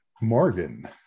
Morgan